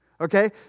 Okay